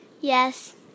Yes